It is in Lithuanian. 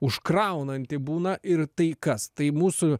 užkraunanti būna ir tai kas tai mūsų